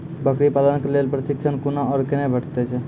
बकरी पालन के लेल प्रशिक्षण कूना आर कते भेटैत छै?